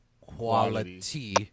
Quality